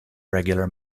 regular